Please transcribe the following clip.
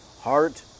heart